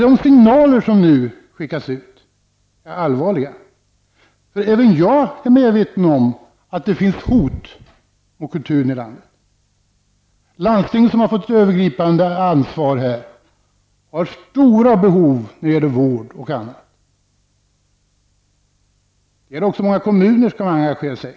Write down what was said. De signaler som nu skickas ut är allvarliga. Även jag är medveten om att det finns hot gentemot kulturen i landet. Landstingen, som har fått ett övergripande ansvar, har stora behov när det gäller vård och annat att fylla. Frågan är också hur många kommuner som skall engagera sig.